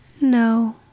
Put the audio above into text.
No